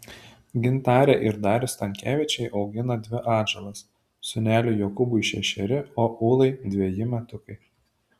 gintarė ir darius stankevičiai augina dvi atžalas sūneliui jokūbui šešeri o ūlai dveji metukai